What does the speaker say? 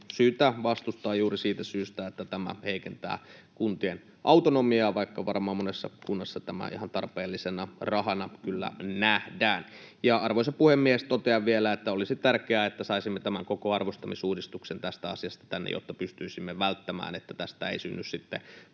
syytä vastustaa juuri siitä syystä, että tämä heikentää kuntien autonomiaa, vaikka varmaan monessa kunnassa tämä ihan tarpeellisena rahana kyllä nähdään. Arvoisa puhemies! Totean vielä, että olisi tärkeää, että saisimme tämän koko arvostamisuudistuksen tästä asiasta tänne, jotta pystyisimme välttämään sen, että tästä syntyisi sitten